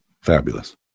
Fabulous